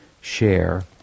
share